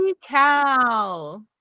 cow